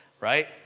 Right